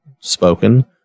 spoken